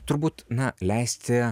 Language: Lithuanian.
turbūt na leisti